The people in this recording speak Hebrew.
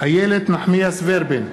איילת נחמיאס ורבין,